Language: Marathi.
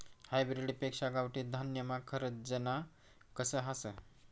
हायब्रीड पेक्शा गावठी धान्यमा खरजना कस हास